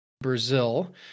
Brazil